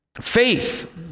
faith